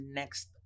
next